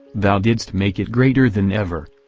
thou didst make it greater than ever!